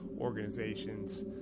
organizations